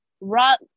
Rock